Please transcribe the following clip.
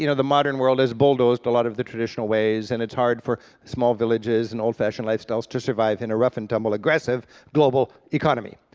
you know the modern world has bulldozed a lot of the traditional ways, and it's hard for small villages and old-fashioned lifestyles to survive in a rough-and-tumble aggressive global economy.